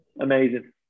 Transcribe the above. amazing